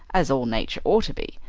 as all nature ought to be.